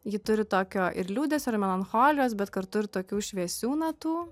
ji turi tokio ir liūdesio ir melancholijos bet kartu ir tokių šviesių natų